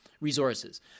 resources